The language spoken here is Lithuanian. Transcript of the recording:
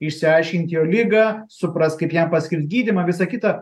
išsiaiškint jo ligą suprast kaip jam paskirt gydymą visa kita